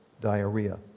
diarrhea